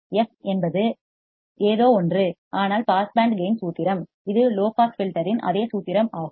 F என்பது ஏதோ ஒன்று ஆனால் பாஸ் பேண்ட் கேயின் சூத்திரம் இது லோ பாஸ் ஃபில்டர் இன் அதே சூத்திரம் ஆகும்